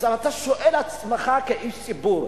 אתה שואל את עצמך כאיש ציבור,